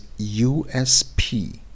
USP